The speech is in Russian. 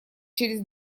через